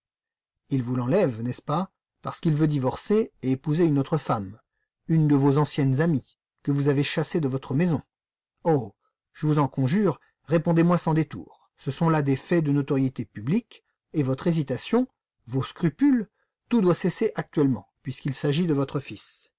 il vous l'enlève n'est-ce pas parce qu'il veut divorcer et épouser une autre femme une de vos anciennes amies que vous avez chassée de votre maison oh je vous en conjure répondez-moi sans détours ce sont là des faits de notoriété publique et votre hésitation vos scrupules tout doit cesser actuellement puisqu'il s'agit de votre fils